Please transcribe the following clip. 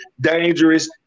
dangerous